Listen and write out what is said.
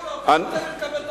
תחזירו לו, הוא צריך לקבל תוספת,